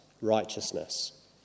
righteousness